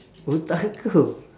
otak kau